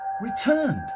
returned